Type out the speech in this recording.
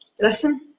listen